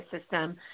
system